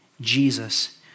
Jesus